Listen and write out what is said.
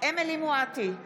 אמילי חיה מואטי,